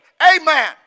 amen